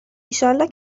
ایشالله